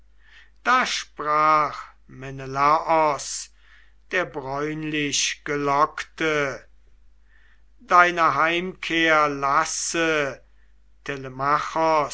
da sprach menelaos der bräunlichgelockte deine heimkehr lasse